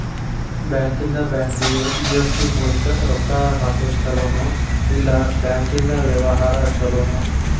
ಬ್ಯಾಂಕಿಂದಾ ಬ್ಯಾಂಕಿಗೆ ಇ.ಎಫ್.ಟಿ ಮೂಲ್ಕ್ ರೊಕ್ಕಾ ಹಾಕೊದ್ ಛಲೊನೊ, ಇಲ್ಲಾ ಬ್ಯಾಂಕಿಂದಾ ವ್ಯವಹಾರಾ ಛೊಲೊನೊ?